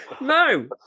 No